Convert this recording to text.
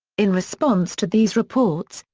in response to these reports,